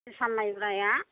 जोसा मायब्राया